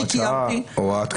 אם זה הוראת שעה או הוראת קבע.